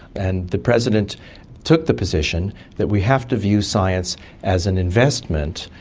and the president took the position that we have to view science as an investment,